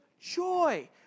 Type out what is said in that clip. joy